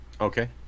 Okay